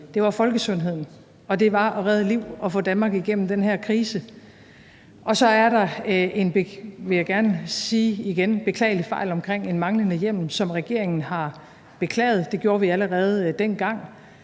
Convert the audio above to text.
af, var folkesundheden, og det var at redde liv og få Danmark igennem den her krise. Så var der en beklagelig fejl, vil jeg gerne sige igen, omkring en manglende hjemmel, som regeringen har beklaget. Det gjorde vi allerede dengang.